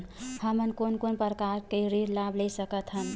हमन कोन कोन प्रकार के ऋण लाभ ले सकत हन?